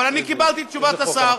אבל אני קיבלתי את תשובת השר,